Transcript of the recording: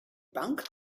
bank